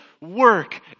work